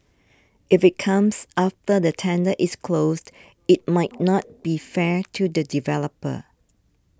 if it comes after the tender is closed it might not be fair to the developer